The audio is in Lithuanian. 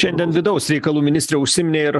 šiandien vidaus reikalų ministrė užsiminė ir